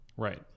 Right